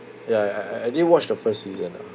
ya I I I I didn't watch the first season ah